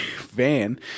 van